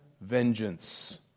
vengeance